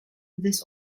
this